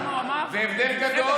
זה הבדל גדול.